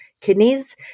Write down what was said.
kidneys